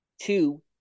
two